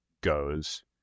goes